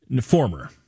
former